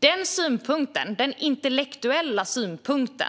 Denna intellektuella synpunkt